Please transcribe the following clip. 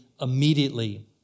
immediately